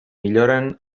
milloren